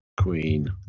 Queen